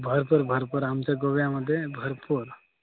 भरपूर भरपूर आमच्या गोव्यामध्ये भरपूर